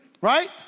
Right